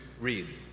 read